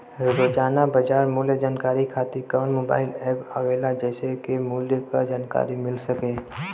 रोजाना बाजार मूल्य जानकारी खातीर कवन मोबाइल ऐप आवेला जेसे के मूल्य क जानकारी मिल सके?